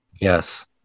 Yes